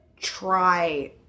try